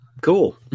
Cool